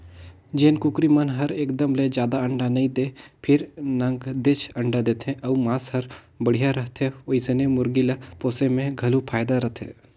जेन कुकरी मन हर एकदम ले जादा अंडा नइ दें फेर नगदेच अंडा देथे अउ मांस हर बड़िहा रहथे ओइसने मुरगी ल पोसे में घलो फायदा रथे